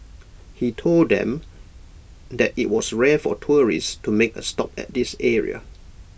he told them that IT was rare for tourists to make A stop at this area